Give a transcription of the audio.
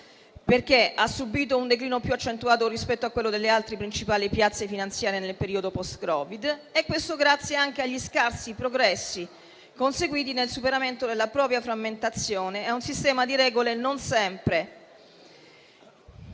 perché ha subito un declino più accentuato rispetto a quello delle altre principali piazze finanziarie nel periodo *post*-Covid, a causa anche degli scarsi progressi conseguiti nel superamento della propria frammentazione e di un sistema di regole non sempre